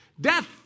Death